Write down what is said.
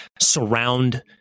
surround